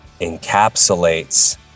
encapsulates